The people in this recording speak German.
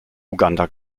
uganda